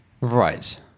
right